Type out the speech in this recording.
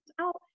out